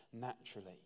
naturally